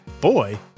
Boy